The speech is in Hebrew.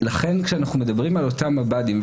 לכן כשאנחנו מדברים על אותם מב"דים,